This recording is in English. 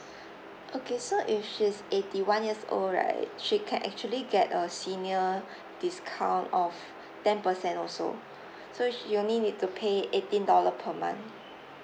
okay so if she's eighty one years old right she can actually get a senior discount of ten percent also so she only need to pay eighteen dollar per month